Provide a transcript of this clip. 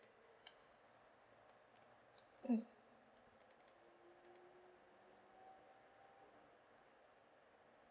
mm